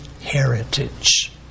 heritage